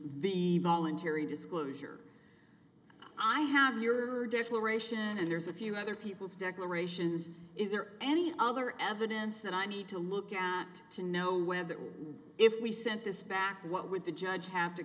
the voluntary disclosure i have your declaration and there's a few other people's declarations is there any other evidence that i need to look at to know whether if we sent this back what would the judge have to